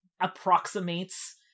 approximates